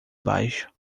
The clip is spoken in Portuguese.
baixo